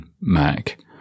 Mac